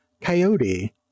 Coyote